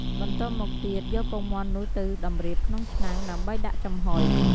បន្ទាប់មកទៀត យកពងមាន់នោះទៅតម្រៀបក្នុងឆ្នាំងដើម្បីដាក់ចំហុយ។